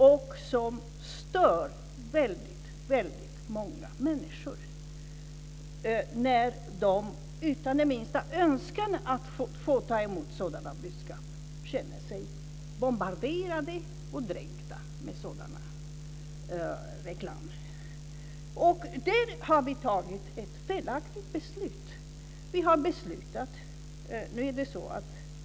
Denna reklam stör väldigt många människor när de, utan den minsta önskan att få ta emot sådana budskap, känner sig bombarderade och dränkta av sådan reklam. Där har vi fattat ett felaktigt beslut.